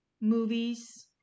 movies